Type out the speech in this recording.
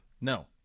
No